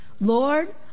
Lord